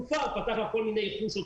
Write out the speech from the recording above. יש כל מיני חושות